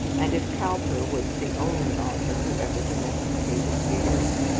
and if cowper was the only author who ever domesticated hares?